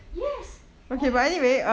yes orh you never read